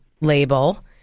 label